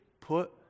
Put